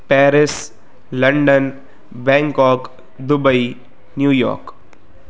Paris London Bangkok Dubai New York